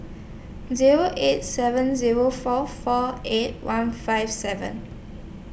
Zero eight seven Zero four four eight one five seven